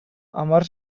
hamar